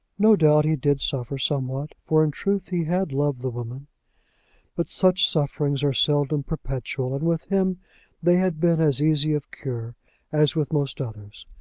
no doubt he did suffer somewhat, for in truth he had loved the woman but such sufferings are seldom perpetual, and with him they had been as easy of cure as with most others.